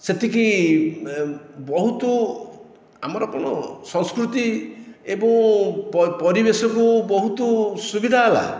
ସେତିକି ବହୁତ ଆମର କଣ ସଂସ୍କୃତି ଏବଂ ପପରିବେଶକୁ ବହୁତ ସୁବିଧା ହେଲା